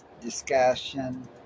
discussion